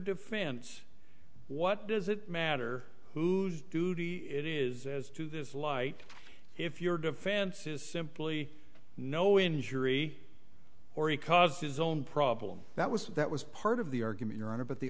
defense what does it matter whose duty it is to this light if your defense is simply no injury or he caused his own problem that was that was part of the argument your honor but the